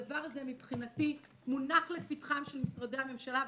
הדבר הזה מבחינתי מונח לפתחם של משרדי הממשלה.